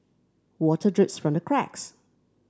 water drips from the cracks